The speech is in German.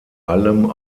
allem